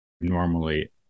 normally